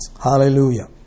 Hallelujah